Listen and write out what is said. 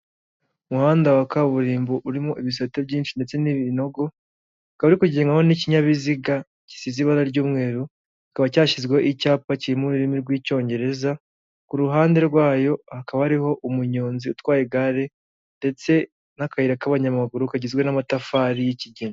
Umuhanda wa kaburimbo urimo ibisate byinshi ndetse n'ibinogo ukaba urikugendwaho n'ikinyabiziga gisize ibara ry'umweru kikaba cyashyizweho icyapa kiri mu rurimi rw'Icyongereza, ku ruhande rwayo hakaba hariho umunyonzi utwaye igare ndetse n'akayira k'abanyamaguru kagizwe n'amatafari y'ikigina.